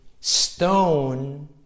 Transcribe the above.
stone